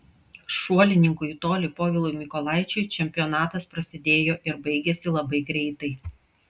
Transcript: šuolininkui į tolį povilui mykolaičiui čempionatas prasidėjo ir baigėsi labai greitai